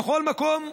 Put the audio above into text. בכל מקום,